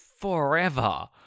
forever